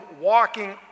walking